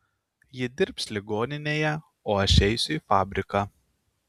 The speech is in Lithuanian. ji dirbs ligoninėje o aš eisiu į fabriką